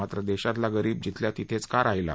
मात्र देशातला गरीब जिथल्या तिथेच का राहिला